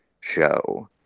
show